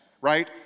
right